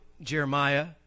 Jeremiah